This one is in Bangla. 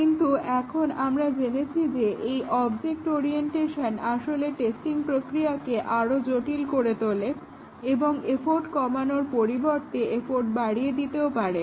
কিন্তু এখন আমরা জেনেছি যে এই অবজেক্ট ওরিয়েন্টেশন আসলে টেস্টিং প্রক্রিয়াকে আরো জটিল করে তোলে এবং এফর্ট কমানোর পরিবর্তে এফর্ট বাড়িয়ে দিতেও পারে